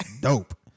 Dope